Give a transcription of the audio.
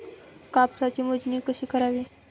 कापसाची मोजणी कशी करावी?